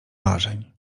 marzeń